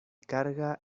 carga